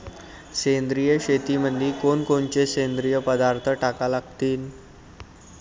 सेंद्रिय शेतीमंदी कोनकोनचे सेंद्रिय पदार्थ टाका लागतीन?